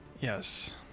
Yes